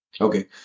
Okay